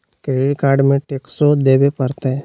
Credit card में टेक्सो देवे परते?